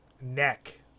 neck